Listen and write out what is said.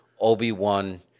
Obi-Wan